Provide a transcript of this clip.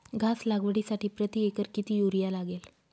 घास लागवडीसाठी प्रति एकर किती युरिया लागेल?